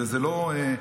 זה לא דמוקרטי.